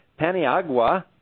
Paniagua